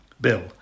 Bill